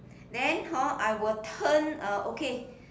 then hor I will turn uh okay